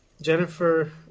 Jennifer